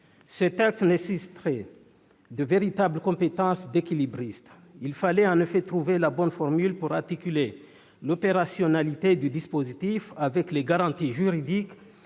Ce texte nécessitait de véritables compétences d'équilibriste : il fallait trouver la bonne formule pour articuler l'opérationnalité du dispositif et les garanties juridiques